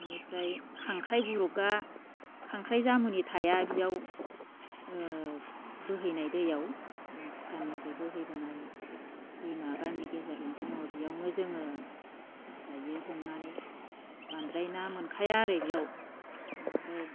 बेनिफ्राय खांख्राइ बुरुगा खांख्राइ जामुनि थाया बेयाव बोहैनाय दैयाव भुटाननिफ्राय बोहैबोनाय दैमा गामि गेजेरजों दङ बेयावनो जोङो जायो हमनानै बांद्राय ना मोनखाया आरो बेयाव ओमफ्राय